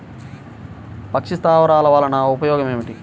పక్షి స్థావరాలు వలన ఉపయోగం ఏమిటి?